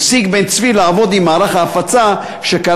בן-צבי הפסיק לעבוד עם מערך ההפצה,